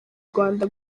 rwanda